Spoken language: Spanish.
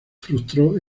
frustró